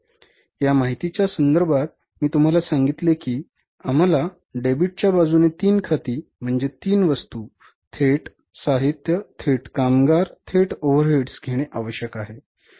या माहितीच्या संदर्भात मी तुम्हाला सांगितले की आम्हाला डेबिटच्या बाजूने तीन खाती म्हणजे तीन वस्तू थेट साहित्य थेट कामगार थेट ओव्हरहेड्स घेणे आवश्यक आहे